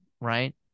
right